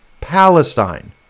Palestine